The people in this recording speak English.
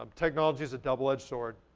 um technology is a double-edged sword.